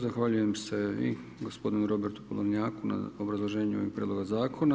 Zahvaljujem se i gospodinu Robertu Podolnjaku na obrazloženju ovim prijedlogom zakona.